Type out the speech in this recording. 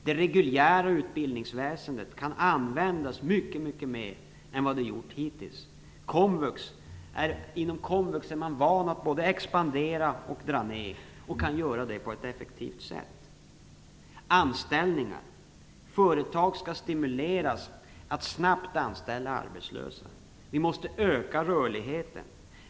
Det reguljära utbildningsväsendet kan användas mycket, mycket mer än som hittills varit fallet. Inom komvux är man van vid både att expandera och att dra ner, och man kan också göra det på ett effektivt sätt. Anställning. Företag skall stimuleras att snabbt anställa arbetslösa. Vi måste öka rörligheten.